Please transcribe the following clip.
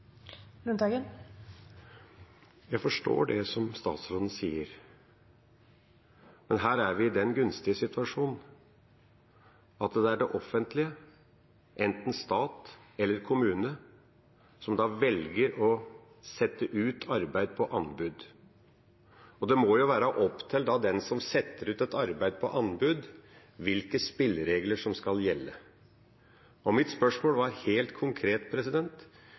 Lundteigen – til oppfølgingsspørsmål. Jeg forstår det statsråden sier, men her er vi i den gunstige situasjonen at det er det offentlige, enten stat eller kommune, som velger å sette arbeid ut på anbud. Det må jo da være opp til den som setter et arbeid ut på anbud, hvilke spilleregler som skal gjelde. Mitt spørsmål var helt konkret: